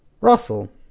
Russell